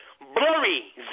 Blurry